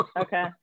okay